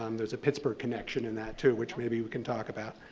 um there's a pittsburgh connection in that too, which maybe we can talk about.